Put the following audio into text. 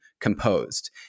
composed